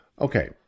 Okay